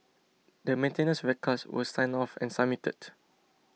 the maintenance records were signed off and submitted